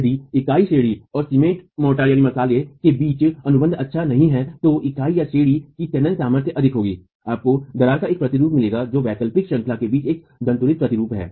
यदि इकाईश्रेणी और सीमेंट मसला मोर्टार के बीच अनुबंध अच्छा नहीं है तो इकाईश्रेणी की तनन सामर्थ्य अधिक होगीआपको दरार का एक प्रतिरूप मिलेगा जो वैकल्पिक श्रंखला के बीच एक दन्तुरित प्रतिरूप है